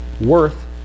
worth